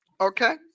Okay